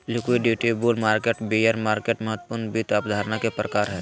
liquidity, bull market, bear market महत्वपूर्ण वित्त अवधारणा के प्रकार हय